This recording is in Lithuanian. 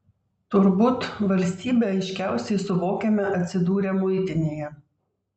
turbūt valstybę aiškiausiai suvokiame atsidūrę muitinėje